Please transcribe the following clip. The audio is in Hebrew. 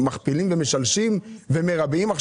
מכפילים, משלשים ומרבעים?